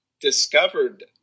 discovered